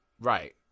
Right